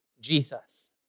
Jesus